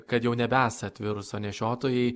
kad jau nebesat viruso nešiotojai